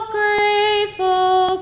grateful